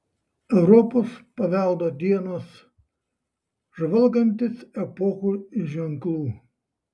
europos paveldo dienos žvalgantis epochų ženklų